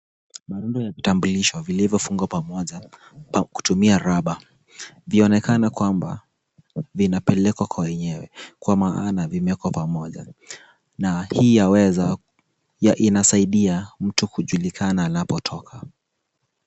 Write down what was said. Marundo ya vitambulisho vilivyofungwa pamoja kwa kutumia rubber , vyaonekana kwamba vinapelekwa kwa wenyewe kwa maana vimewekwa pamoja na hii inasaidia mtu kujulikana anapotoka.